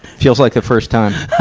feels like the first time.